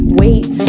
wait